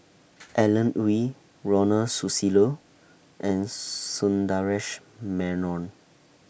Alan Oei Ronald Susilo and Sundaresh Menon